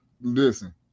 Listen